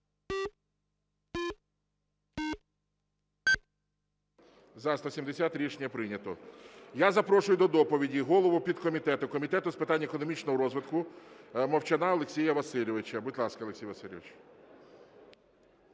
За-170 Рішення прийнято. Я запрошую до доповіді голову підкомітету Комітету з питань економічного розвитку Мовчана Олексія Васильовича. Будь ласка, Олексій Васильович.